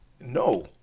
No